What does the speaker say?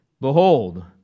Behold